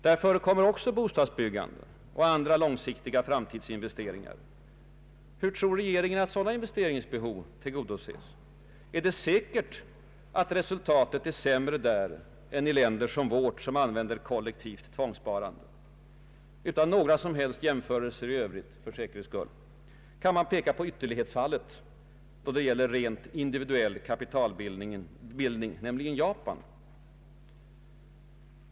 Där förekommer också bostadsbyggande och andra långsiktiga framtidsinvesteringar. Hur tror regeringen att sådana investeringsbehov tillgodoses? är det säkert att resultatet är sämre där än i länder som vårt, som använder kollektivt tvångssparande? Utan några som helst jämförelser i övrigt för säkerhets skull kan man peka på ytterlighetsfallet då det gäller rent individuell kapitalbildning, nämligen Japan.